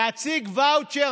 להציג ואוצ'ר,